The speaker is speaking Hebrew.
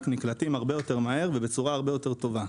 נקלטים הרבה יותר ובצורה הרבה יותר טובה.